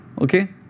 Okay